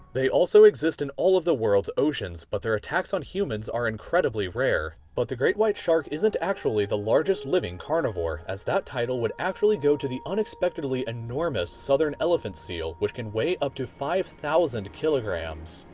they also exist in all of the world's oceans but their attacks on humans are incredibly rare, but the great white shark isn't actually the largest living carnivore, as that title would actually go to the unexpectedly enormous southern elephant seal, which can weigh up to five thousand kilograms,